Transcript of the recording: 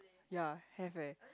ya have eh